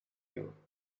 you